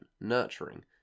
nurturing